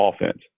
offense